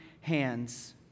hands